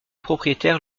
propriétaires